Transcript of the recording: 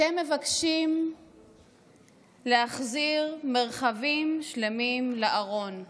אתם מבקשים להחזיר מרחבים שלמים לארון.